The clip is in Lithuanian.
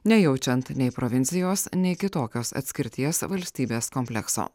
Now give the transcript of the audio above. nejaučiant nei provincijos nei kitokios atskirties valstybės komplekso